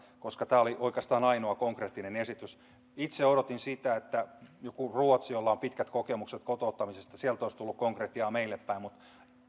koska tämä oli oikeastaan ainoa konkreettinen esitys itse odotin sitä että ruotsista jolla on pitkät kokemukset kotouttamisesta olisi tullut konkretiaa meille päin mutta